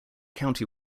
county